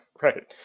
right